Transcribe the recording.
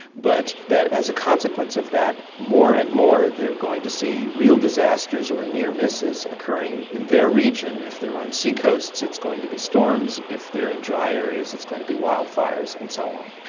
but that as a consequence of that, more and more they're going to see real disasters or near misses occurring in their region. if they are on sea coasts it's going to be storms, if they are in dry areas it's going to be wildfires, and so on.